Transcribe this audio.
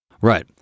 right